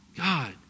God